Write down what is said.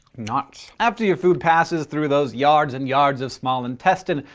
nuts! after your food passes through those yards and yards of small intestine,